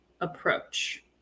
approach